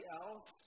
else